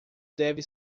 deve